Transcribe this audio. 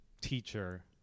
teacher